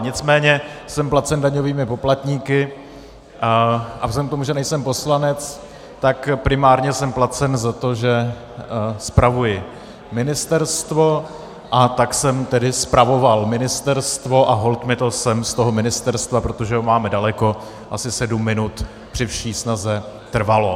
Nicméně jsem placen daňovými poplatníky a vzhledem k tomu, že nejsem poslanec, tak primárně jsem placen za to, že spravuji ministerstvo, a tak jsem tedy spravoval ministerstvo a holt mi to sem z toho ministerstva, protože ho máme daleko, asi sedm minut, při vší snaze trvalo.